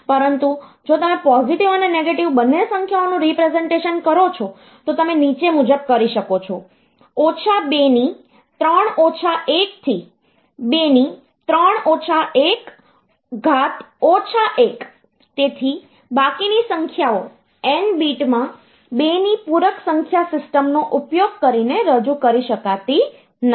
પરંતુ જો તમે પોઝિટિવ અને નેગેટિવ બંને સંખ્યાઓનું રીપ્રેસનટેશન કરો છો તો તમે નીચે મુજબ જઈ શકો છો 23 1 to 23 1 1 તેથી બાકીની સંખ્યાઓ n બીટમાં 2 ની પૂરક સંખ્યા સિસ્ટમનો ઉપયોગ કરીને રજૂ કરી શકાતી નથી